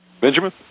Benjamin